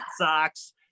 socks